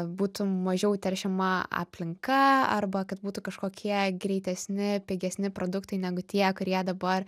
būtų mažiau teršiama aplinka arba kad būtų kažkokie greitesni pigesni produktai negu tie kurie dabar